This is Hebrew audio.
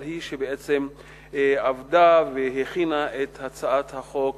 אבל היא שעבדה והכינה את הצעת החוק